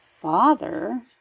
Father